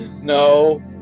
No